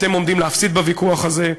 אתם עומדים להפסיד בוויכוח הזה.